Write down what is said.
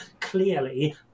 clearly